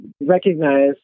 recognize